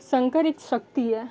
शंकर एक शक्ति है